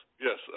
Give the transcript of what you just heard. yes